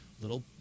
little